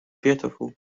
beautiful